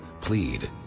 plead